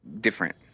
different